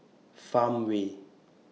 Farmway